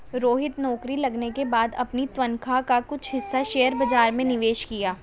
रोहित नौकरी लगने के बाद अपनी तनख्वाह का कुछ हिस्सा शेयर बाजार में निवेश किया